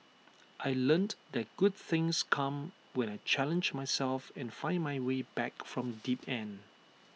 I learnt that good things come when I challenge myself and find my way back from deep end